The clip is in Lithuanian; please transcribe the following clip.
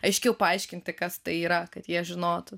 aiškiau paaiškinti kas tai yra kad jie žinotų